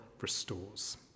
restores